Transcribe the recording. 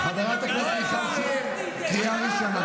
חברת הכנסת מיכל שיר, קריאה ראשונה.